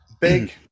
Big